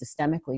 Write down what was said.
systemically